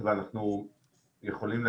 שלום לכולם, אנחנו נמצאים כאן בדיון הנוסף.